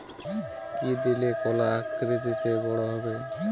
কি দিলে কলা আকৃতিতে বড় হবে?